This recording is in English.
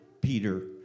Peter